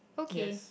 yes